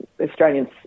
Australians